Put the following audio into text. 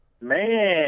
Man